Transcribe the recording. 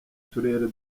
turere